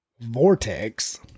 Vortex